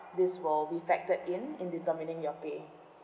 this will be factored in in determining your pay